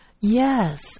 Yes